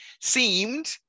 seemed